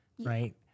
right